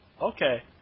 Okay